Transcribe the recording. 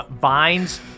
vines